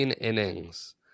innings